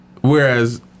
Whereas